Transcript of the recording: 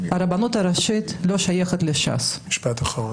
הרבנות הראשית לא שייכת לש"ס -- משפט אחרון.